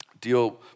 deal